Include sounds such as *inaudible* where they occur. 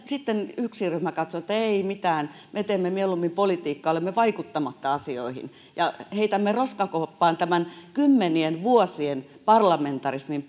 sitten yksi ryhmä katsoo että ei mitään me teemme mieluummin politiikkaa olemme vaikuttamatta asioihin ja heitämme roskakoppaan tämän kymmenien vuosien parlamentarismin *unintelligible*